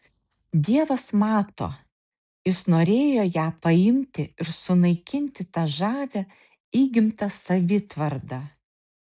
dievas mato jis norėjo ją paimti ir sunaikinti tą žavią įgimtą savitvardą